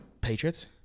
Patriots